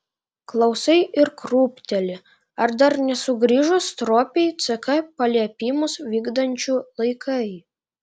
klausai ir krūpteli ar dar nesugrįžo stropiai ck paliepimus vykdančių laikai